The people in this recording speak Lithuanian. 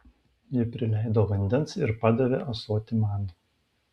ji prileido vandens ir padavė ąsotį man